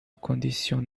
condición